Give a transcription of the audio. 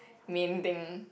main thing